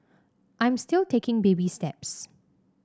I'm still taking baby steps